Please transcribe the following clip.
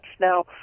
Now